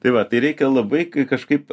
tai va tai reikia labai kažkaip